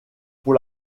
pour